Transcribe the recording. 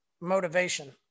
motivation